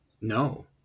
No